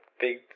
Big